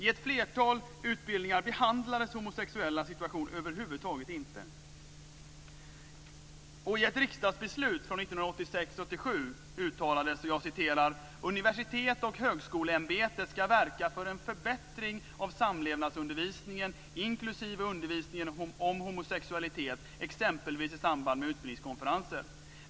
I ett flertal utbildningar behandlades de homosexuellas situation över huvud taget inte. "Universitets och högskoleämbetet skall verka för en förbättring av samlevnadsundervisningen inklusive undervisningen om homosexualitet exempelvis i samband med utbildningskonferenser.